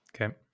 Okay